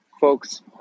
folks